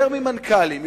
של מנכ"לים,